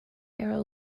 arrow